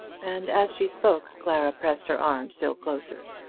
and as she spoke clara pressed her arm still closer.